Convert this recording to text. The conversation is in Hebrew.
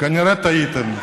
כנראה טעיתם.